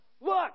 Look